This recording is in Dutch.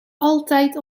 altijd